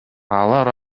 алар